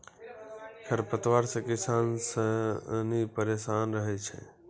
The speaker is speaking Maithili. खरपतवार से किसान सनी परेशान रहै छै